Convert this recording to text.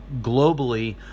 globally